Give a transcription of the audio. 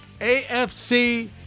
AFC